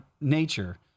Nature